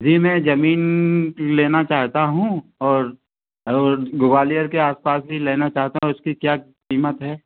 जी मैं ज़मीन लेना चाहता हूँ और और ग्वालियर के आस पास ही लेना चाहता हूँ इसकी क्या कीमत है